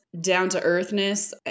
down-to-earthness